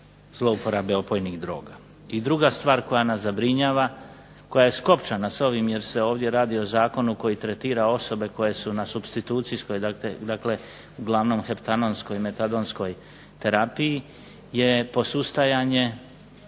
I druga stvar koja nas zabrinjava, koja je skopčana s ovim jer se ovdje radi o zakonu koji tretira osobe koje su na supstitucijskoj, dakle uglavnom heptanonskoj i metadonskoj terapiji, je posustajanje